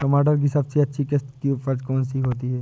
टमाटर की सबसे अच्छी किश्त की उपज कौन सी है?